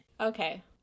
okay